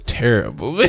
terrible